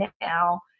now